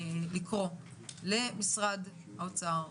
לקרוא למשרד האוצר,